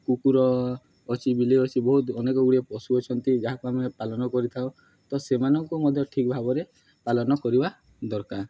କୁକୁର ଅଛି ବିଲେଇ ଅଛି ବହୁତ ଅନେକ ଗୁଡ଼ିଏ ପଶୁ ଅଛନ୍ତି ଯାହାକୁ ଆମେ ପାଳନ କରିଥାଉ ତ ସେମାନଙ୍କୁ ମଧ୍ୟ ଠିକ୍ ଭାବରେ ପାଳନ କରିବା ଦରକାର